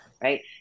right